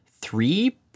three